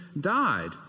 died